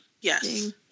Yes